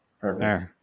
Perfect